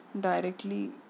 directly